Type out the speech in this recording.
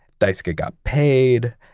daisuke got paid,